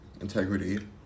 integrity